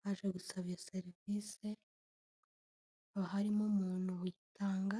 baje gusaba iyo serivisi hakaba harimo umuntu uyitanga.